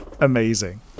Amazing